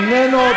איננו,